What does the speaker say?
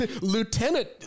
Lieutenant